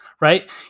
right